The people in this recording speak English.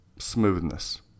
smoothness